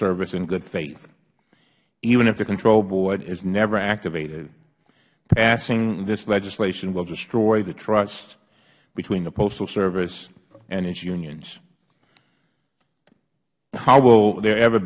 service in good faith even if the control board is never activated passing this legislation will destroy the trust between the postal service and its unions how will there ever